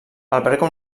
alberga